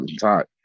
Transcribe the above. talk